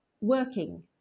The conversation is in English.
working